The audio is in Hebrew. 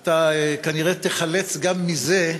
אתה כנראה תיחלץ גם מזה.